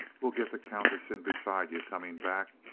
we'll get the countess in beside yuh, coming back,